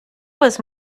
was